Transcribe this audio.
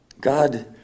God